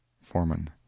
foreman